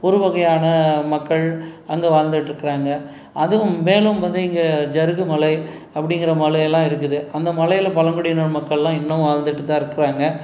ஒரு வகையான மக்கள் அங்கே வாழ்ந்துகிட்ருக்கறாங்க அதுவும் மேலும் வந்து இங்கே ஜருகு மலை அப்படிங்கிற மலையெல்லாம் இருக்குது அந்த மலையில் பழங்குடியினர் மக்கள்லாம் இன்னும் வாழ்ந்துகிட்டு தான் இருக்கிறாங்க